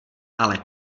ale